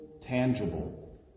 tangible